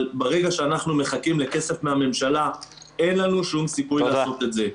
אבל ברגע שאנחנו מחכים לכסף מהממשלה אין לנו שום סיכוי לעשות את זה.